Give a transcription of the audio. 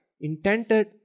intended